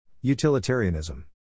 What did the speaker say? Utilitarianism